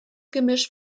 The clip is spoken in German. gemisch